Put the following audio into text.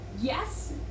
yes